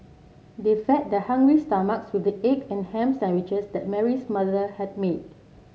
they fed their hungry stomachs with the egg and ham sandwiches that Mary's mother had made